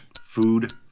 food